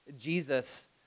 Jesus